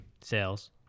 sales